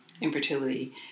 Infertility